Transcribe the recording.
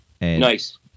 Nice